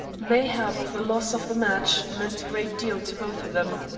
mayhap the loss of the match meant a great deal to both of them.